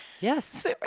Yes